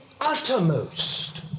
uttermost